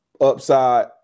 upside